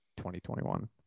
2021